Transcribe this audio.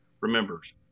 remembers